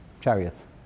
chariots